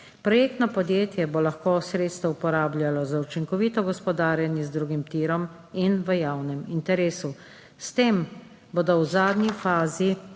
Projektno podjetje bo lahko sredstva uporabljalo za učinkovito gospodarjenje z drugim tirom in v javnem interesu. S tem bodo v zadnji fazi